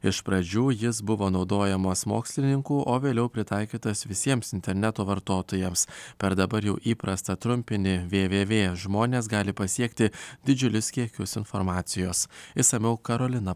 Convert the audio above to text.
iš pradžių jis buvo naudojamas mokslininkų o vėliau pritaikytas visiems interneto vartotojams per dabar jau įprastą trumpinį vėvėvė žmonės gali pasiekti didžiulius kiekius informacijos išsamiau karolina